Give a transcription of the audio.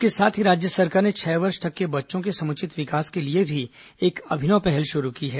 इसके साथ ही राज्य सरकार ने छह वर्ष तक के बच्चों के समुचित विकास के लिए भी एक अभिनव पहल शुरू की है